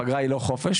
פגרה היא לא חופש,